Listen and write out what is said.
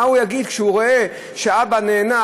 מה הוא יגיד כשהוא רואה שהאבא נאנח,